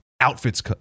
outfits